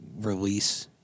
release